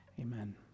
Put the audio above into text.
Amen